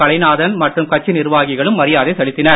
கலைநாதன் மற்றும் கட்சி நிர்வாகிகளும் மரியாதை செலுத்தினர்